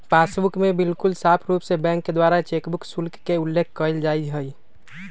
passbook में बिल्कुल साफ़ रूप से बैंक के द्वारा चेकबुक शुल्क के उल्लेख कइल जाहई